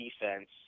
defense